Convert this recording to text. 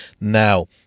now